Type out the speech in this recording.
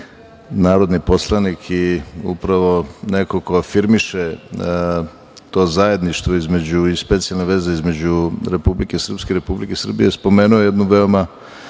narodni poslanik i upravo neko ko afirmiše to zajedništvo između, i specijalne veze, Republike Srpske i Republike Srbije spomenuo je jednu veoma